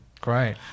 Great